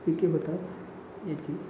पिके होतात याची